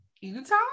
Utah